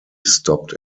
stopped